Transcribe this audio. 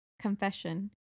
confession